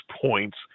points